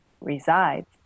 resides